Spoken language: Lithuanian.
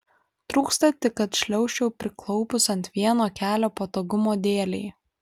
trūksta tik kad šliaužčiau priklaupus ant vieno kelio patogumo dėlei